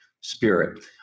spirit